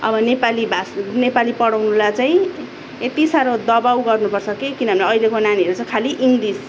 अब नेपाली भाष् नेपाली पढाउनुलाई चाहिँ यति साह्रो दबाउ गर्नु पर्छ कि किनभने अहिलेको नानीहरू चाहिँ खालि इङ्लिस